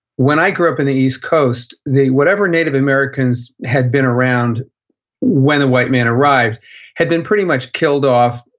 when i grew up in the east coast, whatever native americans had been around when the white man arrived had been pretty much killed off,